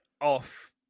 off